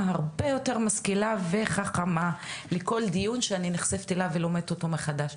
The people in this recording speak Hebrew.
הרבה יותר משכילה וחכמה לכל דיון שאני נחשפת אליו ולומדת אותו מחדש.